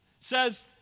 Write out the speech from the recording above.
Says